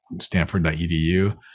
stanford.edu